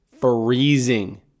freezing